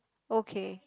okay